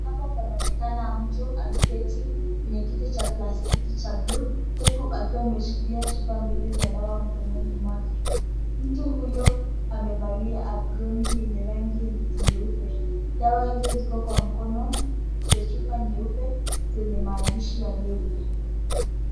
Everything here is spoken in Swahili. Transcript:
Hapa panaonekana mtu ameketi kwenye kiti cha plastiki cha buluu, huku akiwa ameshikilia chupa mbili za dawa mkononi mwake. Mtu huyo amevalia aproni yenye rangi nyeupe. Dawa hizo ziko kwa mkono za chupa nyeupe zenye maandishi ya lebo.